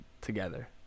together